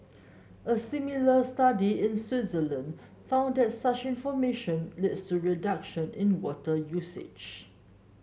a similar study in Switzerland found that such information leads to reduction in water usage